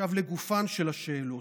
לגופן של השאלות,